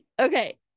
Okay